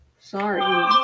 Sorry